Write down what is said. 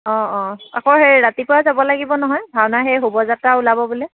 অঁ অঁ আকৌ সেই ৰাতিপুৱাই যাব লাগিব নহয় ভাওনা সেই শোভাযাত্ৰা ওলাব বোলে